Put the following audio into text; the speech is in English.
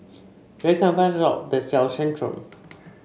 where can I find a shop that sells Centrum